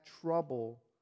trouble